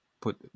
put